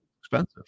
expensive